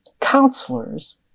counselors